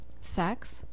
sex